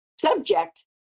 Subject